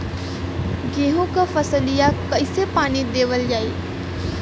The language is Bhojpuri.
गेहूँक फसलिया कईसे पानी देवल जाई?